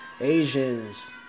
Asians